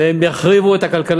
והם יחריבו את הכלכלה,